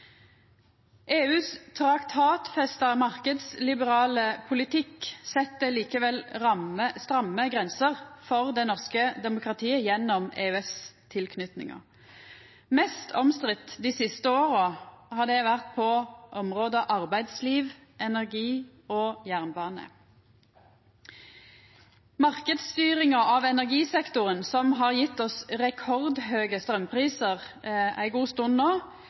EUs traktatfesta marknadsliberale politikk set likevel stramme grenser for det norske demokratiet gjennom EØS-tilknytinga. Mest omstridd dei siste åra har det vore på områda arbeidsliv, energi og jernbane. Marknadsstyringa av energisektoren, som har gjeve oss rekordhøge straumprisar ei god stund nå,